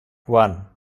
one